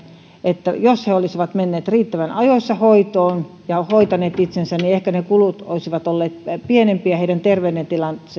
että jos he olisivat menneet riittävän ajoissa hoitoon ja hoitaneet itsensä niin ehkä ne kulut olisivat olleet pienempiä heidän terveystilanteesta